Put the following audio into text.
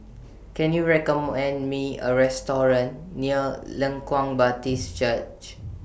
Can YOU Me A Restaurant near Leng Kwang Baptist Church